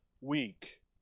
weak